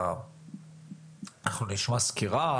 אנחנו נשמע סקירה,